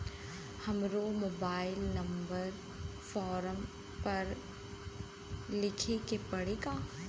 हमरो mobile number form पर लिखे के पड़ी का?